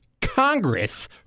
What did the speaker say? Congress